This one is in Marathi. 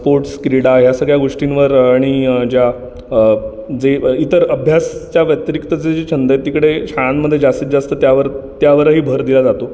स्पोर्ट्स क्रीडा या सगळ्या गोष्टींवर आणि ज्या जे इतर अभ्यासच्या व्यतिरिक्तचे जे छंद आहेत तिकडे शाळांमध्ये जास्तीत जास्त त्यावर त्यावरही भर दिला जातो